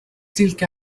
تلك